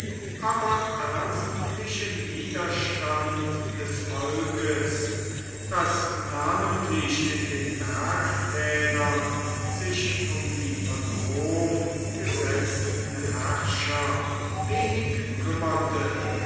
aber ernstlichen widerstand des volkes das namentlich in den bergtälern sich um die von rom gesetzten herrscher wenig kümmerte